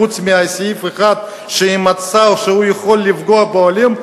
חוץ מסעיף אחד שהיא מצאה שהוא יכול לפגוע בעולים.